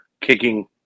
kicking